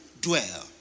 dwell